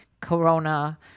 Corona